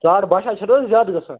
ساڑ باہ شیٚتھ چھِ نہَ حظ زیادٕ گَژھان